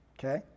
Okay